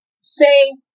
say